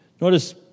notice